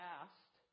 asked